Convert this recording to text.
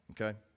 okay